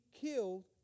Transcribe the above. killed